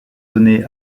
données